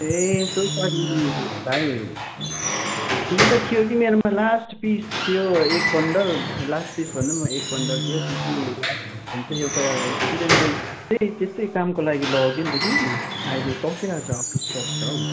ए so sorry भाइ थिनु त थियो कि मेरोमा लास्ट पिस थियो एक बन्डल लास्ट पिस भन्दा पनि एक बन्डल थियो एउटा स्टुडेन्टले के त्यस्तै कामको लागि लग्यो नि त कि अहिले सकिरहेको छ आउट अफ स्टक छ हौ